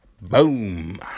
Boom